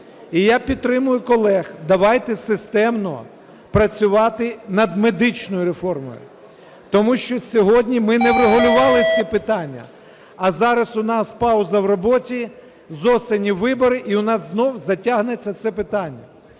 І я підтримую колег: давайте системно працювати над медичною реформою, тому що сьогодні ми не врегулювали ці питання. А зараз у нас пауза в роботі, з осені – вибори, і у нас знову затягнеться це питання.